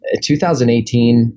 2018